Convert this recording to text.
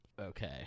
Okay